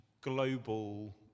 global